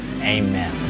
Amen